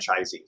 franchisees